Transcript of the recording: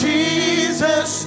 Jesus